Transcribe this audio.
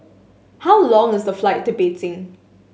how long is the flight to Beijing